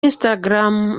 instagram